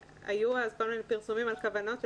היו אז כל מיני פרסומים על כוונות של